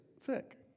thick